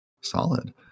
Solid